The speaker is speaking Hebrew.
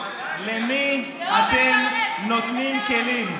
למי אתם נותנים כלים?